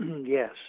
yes